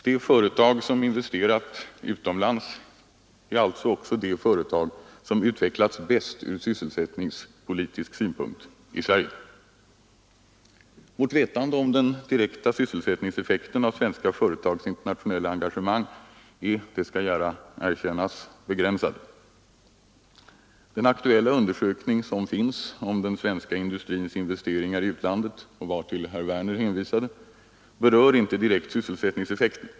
De företag som investerat utomlands är alltså också de som utvecklats bäst ur sysselsättningspolitisk synpunkt i Sverige. Vårt vetande om den direkta sysselsättningseffekten av svenska företags internationella engagemang är — det skall gärna erkännas — begränsat. Den aktuella undersökning som finns om Den svenska industrins investeringar i utlandet — vartill herr Werner i Tyresö hänvisade — berör inte direkt sysselsättningseffekten.